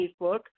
Facebook